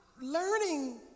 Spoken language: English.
learning